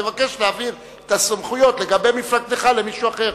תבקש להעביר את הסמכויות לגבי מפלגתך למישהו אחר.